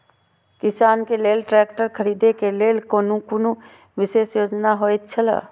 किसान के लेल ट्रैक्टर खरीदे के लेल कुनु विशेष योजना होयत छला?